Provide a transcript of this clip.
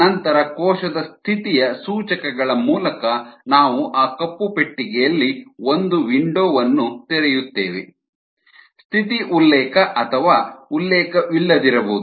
ನಂತರ ಕೋಶದ "ಸ್ಥಿತಿ"ಯ ಸೂಚಕಗಳ ಮೂಲಕ ನಾವು ಆ ಕಪ್ಪು ಪೆಟ್ಟಿಗೆಯಲ್ಲಿ ಒಂದು ವಿಂಡೋ ವನ್ನು ತೆರೆಯುತ್ತೇವೆ ಸ್ಥಿತಿ ಉಲ್ಲೇಖ ಅಥವಾ ಉಲ್ಲೇಖವಿಲ್ಲದಿರುವುದು